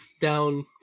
down